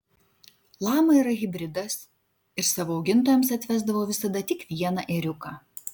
lama yra hibridas ir savo augintojams atvesdavo visada tik vieną ėriuką